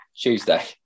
Tuesday